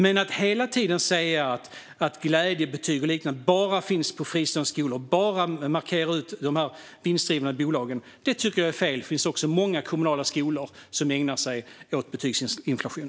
Men att hela tiden säga att glädjebetyg och liknande bara finns på fristående skolor och bara peka ut de vinstdrivande bolagen är fel. Det finns också många kommunala skolor som ägnar sig åt betygsinflation.